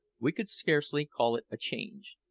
we could scarcely call it a change.